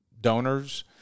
donors